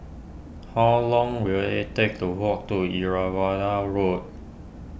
how long will it take to walk to Irrawaddy Road